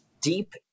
deep